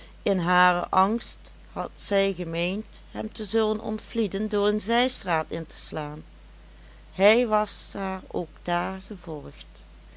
in haren angst had zij gemeend hem te zullen ontvlieden door een zijstraat in te slaan hij was haar ook daar gevolgd